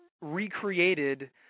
Recreated